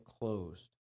closed